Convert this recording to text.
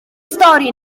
stori